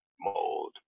mold